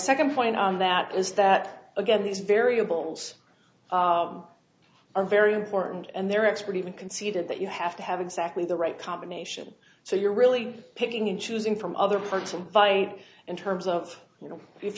second point on that is that again these variables are very important and their expert even conceded that you have to have exactly the right combination so you're really picking and choosing from other parts of vite in terms of you know if